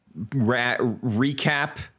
recap